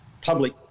public